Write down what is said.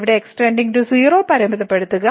ഇവിടെ x → 0 പരിമിതപ്പെടുത്തുക